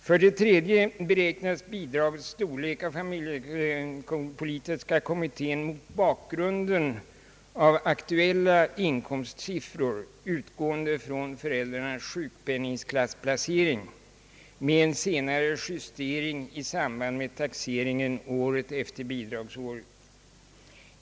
För det tredje beräknades bidragets storlek av familjepolitiska kommittén mot bakgrund av aktuella inkomstsiffror, utgående från föräldrarnas sjukpenningklassförsäkring med en senare justering i samband med taxeringen efter bidragsåret.